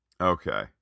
Okay